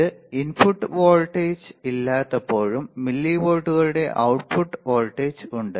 ഇത് input voltage ഇല്ലാത്തപ്പോഴും മില്ലിവോൾട്ടുകളുടെ output വോൾട്ടേജ് ഉണ്ട്